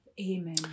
Amen